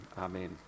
Amen